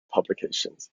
publications